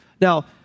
Now